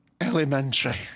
elementary